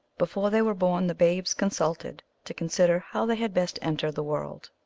before they were born, the babes consulted to consider how they had best enter the world.